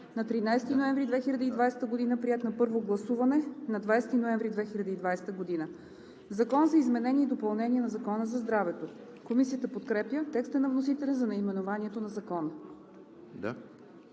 на 13 ноември 2020 г., приет на първо гласуване на 20 ноември 2020 г. „Закон за изменение и допълнение на Закона за здравето“.“ Комисията подкрепя текста на вносителя за наименованието на Закона.